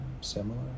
similar